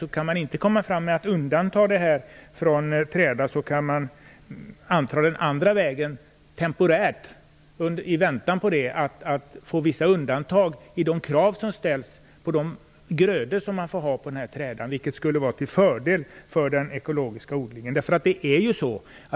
Om man inte kan komma fram genom att undanta ekologisk odling från träda, kan man ta den andra vägen temporärt, i väntan på att vissa undantag medges i de krav som ställs på de grödor som man får ha på trädan. Det skulle vara till fördel för den ekologiska odlingen.